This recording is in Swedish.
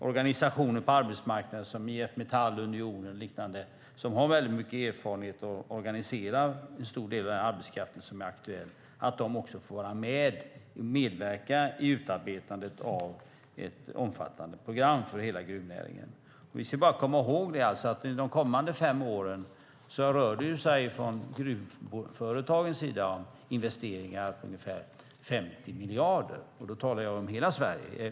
Organisationer på arbetsmarknaden som IF Metall och Unionen, som har väldigt mycket erfarenheter av att organisera en stor del av den arbetskraft som är aktuell, måste också få medverka i utarbetandet av ett omfattande program för hela gruvnäringen. Vi ska komma ihåg att det under de kommande fem åren rör sig om investeringar på ungefär 50 miljarder från gruvföretagens sida. Då talar jag om hela Sverige.